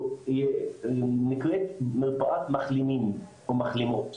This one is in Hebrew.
נקראת מרפאת מחלימים או מחלימות,